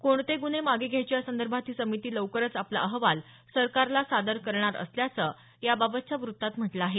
कोणते गुन्हे मागे घ्यायचे यासंदर्भात ही समिती लवकरच आपला अहवाल सरकारला सादर करणार असल्याचं याबाबतच्या वृत्तात म्हटलं आहे